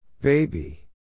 Baby